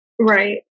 Right